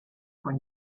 con